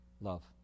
love